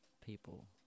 people